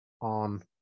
on